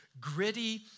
gritty